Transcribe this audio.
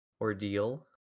ordeal